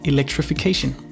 Electrification